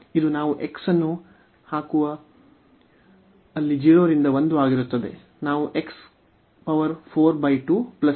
ಇದು ನಾವು x ಅನ್ನು ಅಲ್ಲಿ ಹಾಕುವ 0 ರಿಂದ 1 ಆಗಿರುತ್ತದೆ